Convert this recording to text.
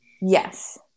yes